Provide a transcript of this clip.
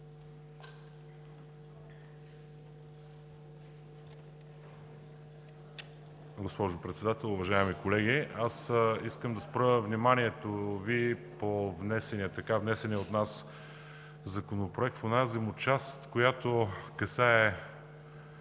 Госпожо Председател, уважаеми колеги! Аз искам да спра вниманието Ви по така внесения от нас Законопроект в онази му част, касаеща